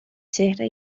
چهره